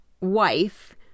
wife